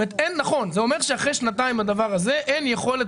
זה אומר שאחרי שנתיים בדבר הזה אין יכולת